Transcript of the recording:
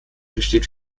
besteht